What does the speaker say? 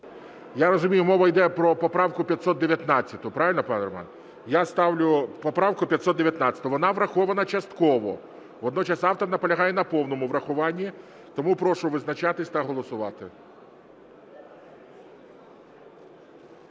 Я розумію, мова йде про поправку 519, правильно, пане Романе? Я ставлю поправку 519. Вона врахована частково. Водночас автор наполягає на повному врахуванні. Тому прошу визначатись та голосувати.